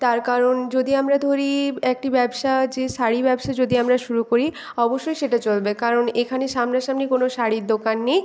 তার কারণ যদি আমরা ধরি একটি ব্যবসা যে শাড়ি ব্যবসা যদি আমরা শুরু করি অবশ্যই সেটা চলবে কারণ এখানে সামনাসামনি কোনো শাড়ির দোকান নেই